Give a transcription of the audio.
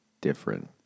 different